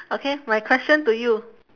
okay my question to you